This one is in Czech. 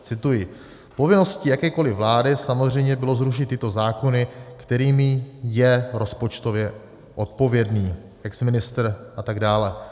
Cituji: Povinností jakékoliv vlády samozřejmě bylo zrušit tyto zákony, kterými je rozpočtově odpovědný exministr atd.